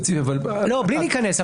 בלי להיכנס לפרטים.